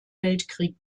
weltkrieg